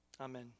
Amen